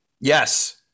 yes